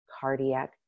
cardiac